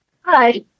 Hi